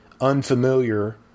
unfamiliar